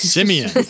Simeon